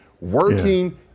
working